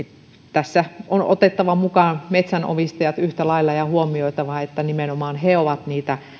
tässä on otettava mukaan metsänomistajat yhtä lailla ja huomioitava että nimenomaan he ovat varmasti niitä